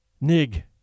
Nig